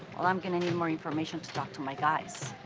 um i'm going to need more information to talk to my guys.